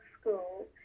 School